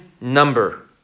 number